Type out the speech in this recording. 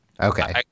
Okay